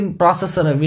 processor